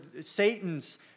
Satan's